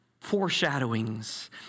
foreshadowings